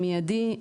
המיידי,